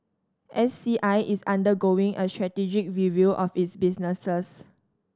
S C I is undergoing a strategic review of its businesses